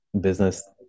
business